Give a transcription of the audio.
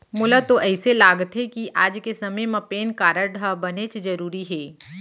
मोला तो अइसे लागथे कि आज के समे म पेन कारड ह बनेच जरूरी हे